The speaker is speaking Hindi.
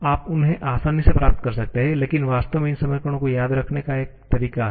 आप उन्हें आसानी से प्राप्त कर सकते हैं लेकिन वास्तव में इन समीकरणों को याद रखने का एक तरीका है